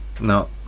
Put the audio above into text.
No